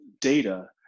data